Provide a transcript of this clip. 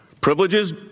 privileges